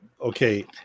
okay